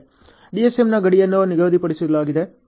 DSM ಗಡಿಯನ್ನು ನಿಗದಿಪಡಿಸಲಾಗಿದೆ